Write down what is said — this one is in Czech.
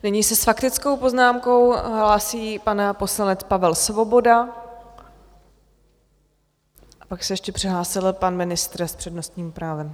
Nyní se s faktickou poznámkou hlásí pan poslanec Pavel Svoboda, pak se ještě přihlásil pan ministr s přednostním právem.